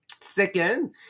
Second